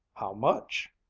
how much?